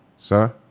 Sir